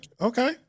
Okay